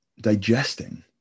digesting